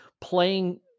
playing